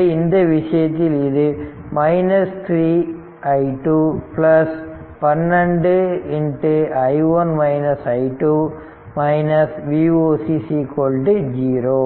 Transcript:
எனவே இந்த விஷயத்தில் இது 3 i2 12 i1 i2 Voc 0